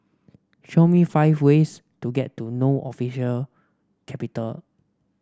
show me five ways to get to No official capital